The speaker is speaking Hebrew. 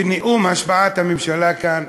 בנאום השבעת הממשלה כאן,